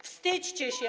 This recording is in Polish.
Wstydźcie się.